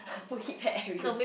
I put heat pad everywhere